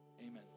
amen